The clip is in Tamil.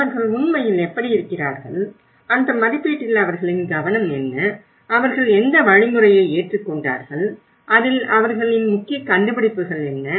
அவர்கள் உண்மையில் எப்படி இருக்கிறார்கள் அந்த மதிப்பீட்டில் அவர்களின் கவனம் என்ன அவர்கள் எந்த வழிமுறையை ஏற்றுக்கொண்டார்கள் அதில் அவர்களின் முக்கிய கண்டுபிடிப்புகள் என்ன